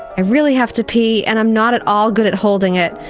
i really have to pee and i'm not at all good at holding it.